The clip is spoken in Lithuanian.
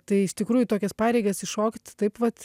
tai iš tikrųjų į tokias pareigas įšokt taip vat